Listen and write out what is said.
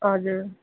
हजुर